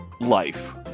Life